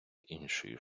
іншої